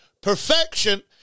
perfection